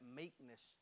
meekness